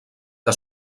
que